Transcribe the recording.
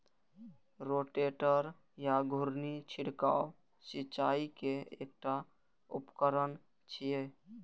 rotator या घुर्णी छिड़काव सिंचाइ के एकटा उपकरण छियै